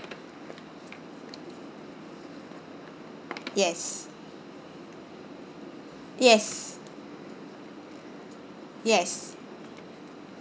yes yes yes